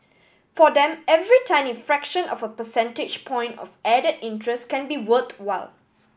for them every tiny fraction of a percentage point of added interest can be worthwhile